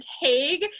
Haig